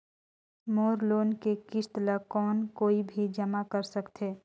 मोर loan के किस्त ल कौन कोई भी जमा कर सकथे?